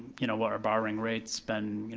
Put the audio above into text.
you know, what our borrowing rate's been, you